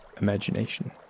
imagination